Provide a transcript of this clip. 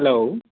hello